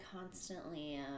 constantly